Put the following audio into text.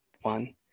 one